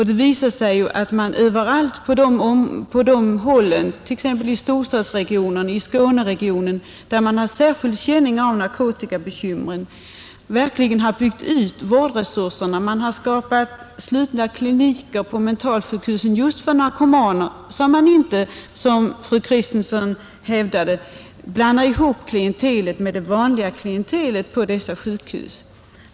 Det visade sig att man överallt på de håll där man har särskild känning av narkotikabekymren — t.ex. i storstadsregionerna och i Skåneregionen — verkligen har byggt ut vårdresurserna. Man har skapat slutna kliniker på mentalsjukhusen just för narkomaner, så att man inte — som fru Kristensson hävdade — blandar ihop klientelet med det vanliga klientelet på dessa sjukhus.